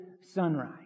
sunrise